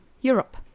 Europe